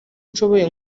nshoboye